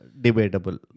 Debatable